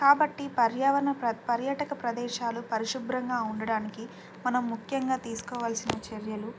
కాబట్టి పర్యావరణ పర్యాటక ప్రదేశాలు పరిశుభ్రంగా ఉండడానికి మనం ముఖ్యంగా తీసుకోవాల్సిన చర్యలు